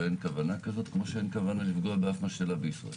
ואין כוונה כזאת כמו שאין כוונה לפגוע באף משתלה בישראל.